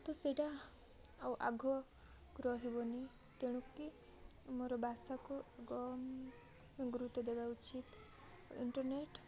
ତ ସେଇଟା ଆଉ ଆଗକୁ ରହିବନି ତେଣୁକି ଆମର ଭାଷାକୁ ଆଗ ଗୁରୁତ୍ୱ ଦେବା ଉଚିତ ଇଣ୍ଟରନେଟ୍